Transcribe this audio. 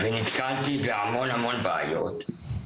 נתקלתי בהמון בעיות,